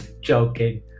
joking